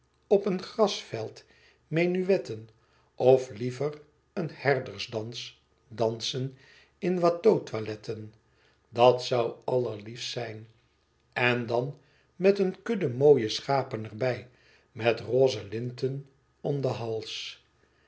op een grasveld menuetten of liever een herdersdans dansen in watteau toiletten dat zoû allerliefst zijn en dan met een kudde mooie schapen erbij met roze linten om den hals